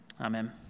amen